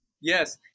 Yes